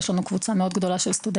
יש לנו קבוצה גדולה מאוד של סטודנטים.